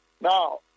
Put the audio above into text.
Now